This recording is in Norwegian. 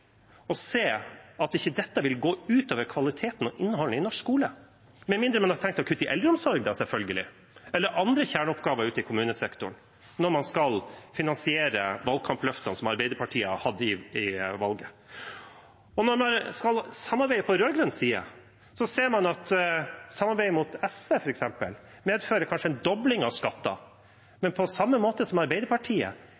se at ikke dette vil gå utover kvaliteten og innholdet i norsk skole, med mindre man har tenkt å kutte i eldreomsorgen, selvfølgelig, eller andre kjerneoppgaver ute i kommunesektoren når man skal finansiere valgkampløftene til Arbeiderpartiet. Og når man skal samarbeide på rød-grønn side, ser man at samarbeidet med f.eks. SV kanskje medfører en dobling av